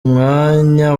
mwanya